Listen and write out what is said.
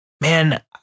man